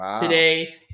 today